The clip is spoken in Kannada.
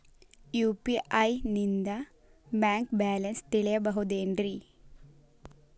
ಯು.ಪಿ.ಐ ನಿಂದ ಬ್ಯಾಂಕ್ ಬ್ಯಾಲೆನ್ಸ್ ತಿಳಿಬಹುದೇನ್ರಿ?